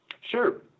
Sure